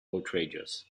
outrageous